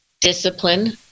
Discipline